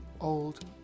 old